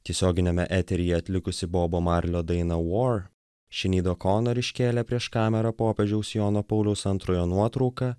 tiesioginiame eteryje atlikusi boba marlio dainą war šinid okonor iškėlė prieš kamerą popiežiaus jono pauliaus antrojo nuotrauką